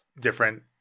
different